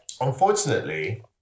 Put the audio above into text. unfortunately